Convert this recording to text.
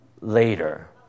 later